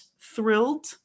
thrilled